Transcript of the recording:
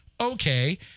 Okay